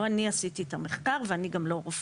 לא אני עשיתי את המחקר ואני גם לא רופאה.